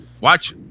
watch